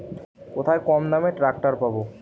কোথায় কমদামে ট্রাকটার পাব?